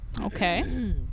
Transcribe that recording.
okay